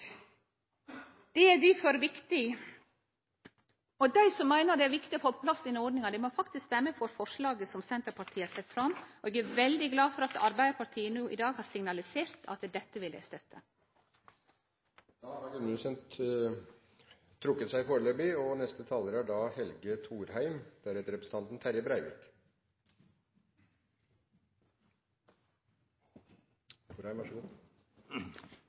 Dei som meiner det er viktig å få på plass denne ordninga, må faktisk stemme for forslaget som Senterpartiet har sett fram. Eg er veldig glad for at Arbeidarpartiet no i dag har signalisert at dette vil dei støtte. Kommunesektoren er et svært viktig forvaltningsnivå, ettersom sektoren utfører en hel rekke velferdstjenester som våre innbyggere er